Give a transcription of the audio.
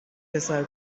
پسر